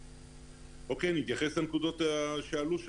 אוקיי, אני אתייחס לנקודות שעלו.